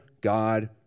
God